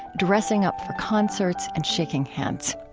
dressing up for concerts, and shaking hands.